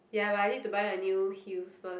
ya but I need to buy a new heels first